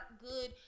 good